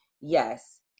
Yes